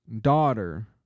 daughter